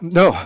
no